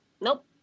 nope